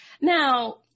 Now